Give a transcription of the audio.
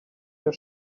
your